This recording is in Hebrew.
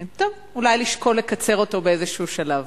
טוב, אולי לשקול לקצר אותו באיזשהו שלב.